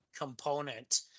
component